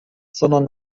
sondern